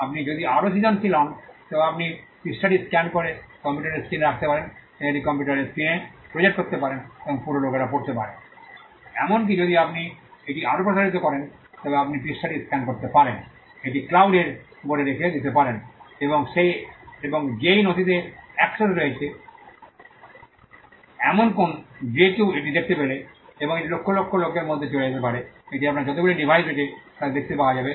আপনি যদি আরও সৃজনশীল হন তবে আপনি পৃষ্ঠাটি স্ক্যান করে কম্পিউটার স্ক্রিনে রাখতে পারেন বা এটি কম্পিউটারের স্ক্রিনে প্রজেক্ট করতে পারেন এবং পুরো লোকেরা পড়তে পারে এমনকি যদি আপনি এটি আরও প্রসারিত করেন তবে আপনি পৃষ্ঠাটি স্ক্যান করতে পারেন এটি ক্লাউডের উপরে রেখে দিতে পারেন এবং যেই নথিতে অ্যাক্সেস রয়েছে এমন যে কেউ এটি দেখতে পেল এবং এটি লক্ষ লক্ষ লোকের মধ্যে চলে যেতে পারে এটি আপনার যতগুলি ডিভাইস রয়েছে তাতে দেখতে পাওয়া যাবে